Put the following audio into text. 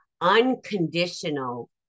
Unconditional